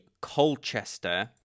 Colchester